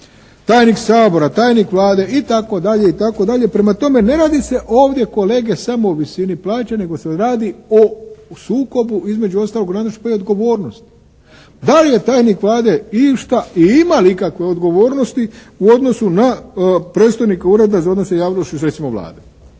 tajnik Sabora, tajnik Vlade itd., itd. Prema tome, ne radi se ovdje kolege samo o visini plaće nego se radi o sukobu između ostalog o različitoj odgovornosti. Da li je tajnik Vlade išta i ima li ikakve odgovornosti u odnosu na predstojnika Ureda za odnose sa javnošću, recimo Vlade?